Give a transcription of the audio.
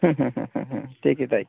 হুম হুম হুম হুম হুম ঠিকই তাই